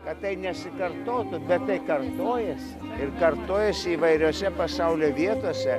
kad tai nesikartotų bet tai kartojasi ir kartojasi įvairiose pasaulio vietose